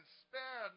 spare